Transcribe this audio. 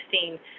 seen